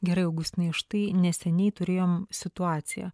gerai augustinai štai neseniai turėjom situaciją